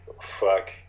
fuck